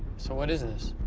so what is this?